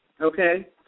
okay